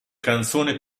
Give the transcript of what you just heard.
canzoni